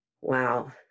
wow